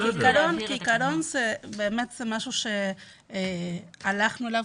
כעיקרון זה משהו שהלכנו אליו,